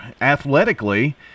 athletically